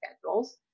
schedules